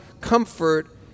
comfort